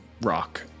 rock